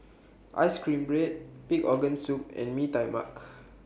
Ice Cream Bread Pig Organ Soup and Mee Tai Mak